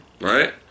right